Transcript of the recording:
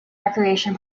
recreation